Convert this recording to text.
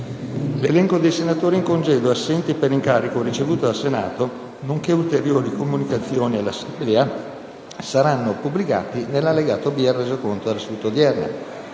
L’elenco dei senatori in congedo e assenti per incarico ricevuto dal Senato, nonche´ ulteriori comunicazioni all’Assemblea saranno pubblicati nell’allegato B al Resoconto della seduta odierna.